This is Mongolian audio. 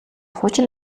хуучин